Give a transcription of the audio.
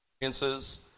experiences